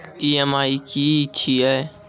EMI की छिये?